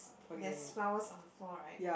there's flowers on the floor right